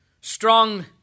Strong